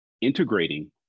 integrating